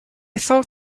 thought